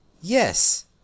Yes